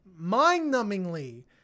mind-numbingly